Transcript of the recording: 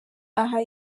aha